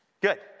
Good